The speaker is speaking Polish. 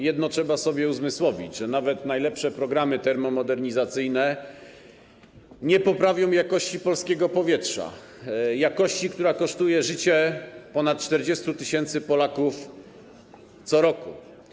Jedno trzeba sobie uzmysłowić: nawet najlepsze programy termomodernizacyjne nie poprawią jakości polskiego powietrza, jakości, która kosztuje życie ponad 40 tys. Polaków co roku.